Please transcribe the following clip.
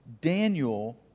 Daniel